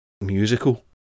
Musical